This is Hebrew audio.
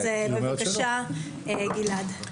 גלעד, בבקשה.